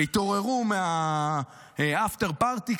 התעוררו מאפטר-פארטי,